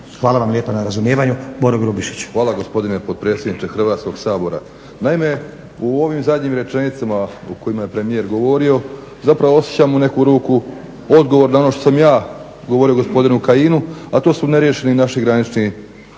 Hvala vam lijepa na razumijevanju. Boro Grubišić. **Grubišić, Boro (HDSSB)** Hvala gospodine potpredsjedniče Hrvatskoga sabora. Naime, u ovim zadnjim rečenicama u kojima je premijer govorio zapravo osjećam u neku ruku odgovor na ono što sam ja govorio gospodinu Kajinu a to su neriješeni naši granični